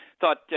thought